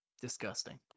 disgusting